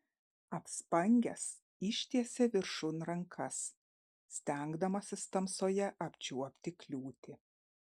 apspangęs ištiesė viršun rankas stengdamasis tamsoje apčiuopti kliūtį